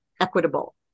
equitable